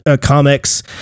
Comics